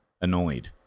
annoyed